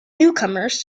newcomers